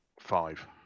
five